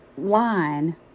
Line